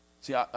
See